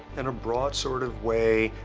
in a broad sort of way,